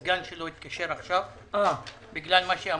הסגן שלו התקשר עכשיו בגלל מה שאמרתי,